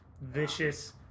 vicious